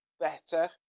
better